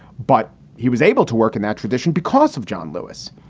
but he was able to work in that tradition because of john lewis.